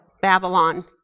Babylon